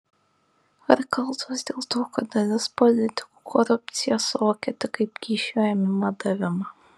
ar kaltos dėl to kad dalis politikų korupciją suvokia tik kaip kyšio ėmimą davimą